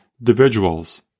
individuals